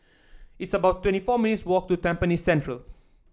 it's about twenty four minutes' walk to Tampines Central